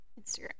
Instagram